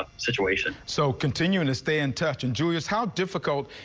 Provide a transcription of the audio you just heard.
ah situation so continue and to stand tough to and do is how difficult.